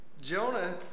Jonah